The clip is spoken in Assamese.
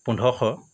পোন্ধৰশ